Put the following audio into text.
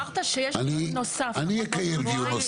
אני אקיים דיון נוסף.